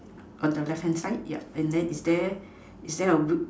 on the left hand side ya and then is there a